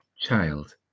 child